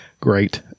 great